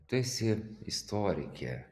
tu esi istorikė